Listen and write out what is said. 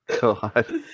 God